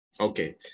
okay